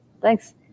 Thanks